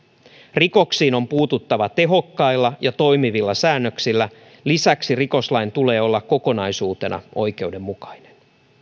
rikoksiin on puututtava tehokkailla ja toimivilla säännöksillä lisäksi rikoslain tulee olla kokonaisuutena oikeudenmukainen